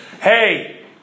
Hey